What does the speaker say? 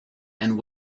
and